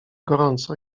gorąco